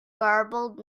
garbled